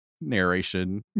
narration